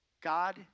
God